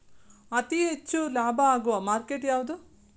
ಅತಿ ಹೆಚ್ಚು ಲಾಭ ಆಗುವ ಮಾರ್ಕೆಟ್ ಯಾವುದು?